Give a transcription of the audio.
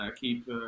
keep